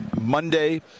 Monday